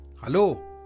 Hello